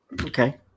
Okay